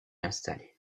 installé